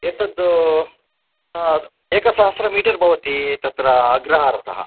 एतद् एकसहस्रं मीटर् भवति तत्र अग्रहारतः